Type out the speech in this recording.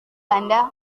anda